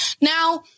Now